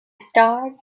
starred